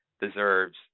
deserves